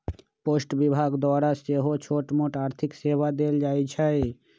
post विभाग द्वारा सेहो छोटमोट आर्थिक सेवा देल जाइ छइ